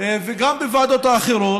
וגם בוועדות האחרות,